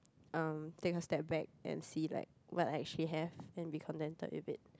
erm take a step back and see like what I actually have and be contented with it